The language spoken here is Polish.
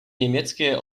niemieckie